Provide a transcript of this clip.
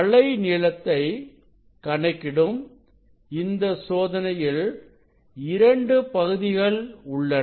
அலை நீளத்தை கணக்கிடும் இந்த சோதனையில் 2 பகுதிகள் உள்ளன